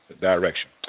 direction